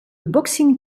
boxing